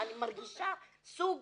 אני מרגישה סוג